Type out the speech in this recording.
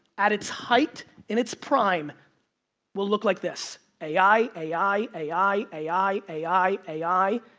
at its height and it's prime will look like this. a i, a i, a i, a i, a i, a i,